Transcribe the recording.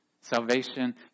Salvation